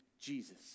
Jesus